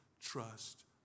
trust